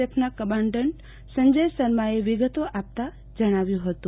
એફના commandant Sanjay શર્માએ વિગતો આપતા જણાવ્યુ હતું